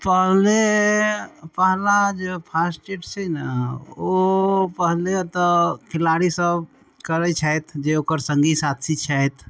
पहले पहला जे फास्ट ट्रीट छै ने ओ पहिले तऽ खेलाड़ी सब करै छथि जे ओकर सङ्गी साथी छथि